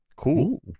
cool